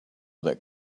that